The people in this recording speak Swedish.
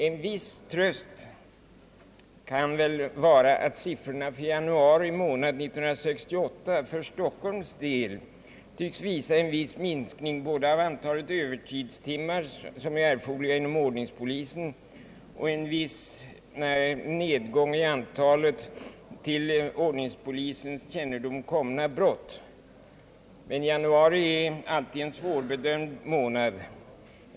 En viss tröst kan det vara, att siffrorna för januari 1968 för Stockholms del tycks visa en viss minskning både i antalet erforderliga övertidstimmar inom ordningspolisen och i fråga om antalet till ordningspolisens kännedom komna brott. Men januari är alltid en svårbedömd månad.